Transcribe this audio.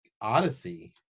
odyssey